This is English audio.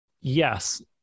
Yes